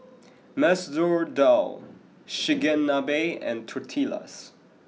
Masoor Dal Chigenabe and Tortillas